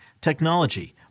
technology